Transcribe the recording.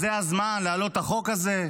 זה הזמן להעלות את החוק הזה?